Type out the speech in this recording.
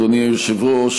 אדוני היושב-ראש.